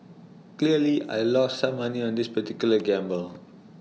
clearly I lost some money on this particular gamble